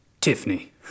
Tiffany